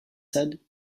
said